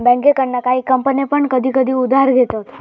बँकेकडना काही कंपने पण कधी कधी उधार घेतत